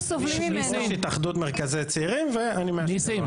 התאחדות מרכזי צעירים, ואני מאשקלון כן.